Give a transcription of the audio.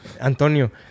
Antonio